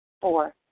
Four